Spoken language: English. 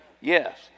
Yes